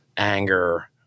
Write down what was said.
anger